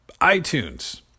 iTunes